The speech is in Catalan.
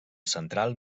central